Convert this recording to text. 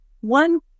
one